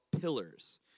pillars